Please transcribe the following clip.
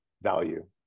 value